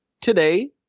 Today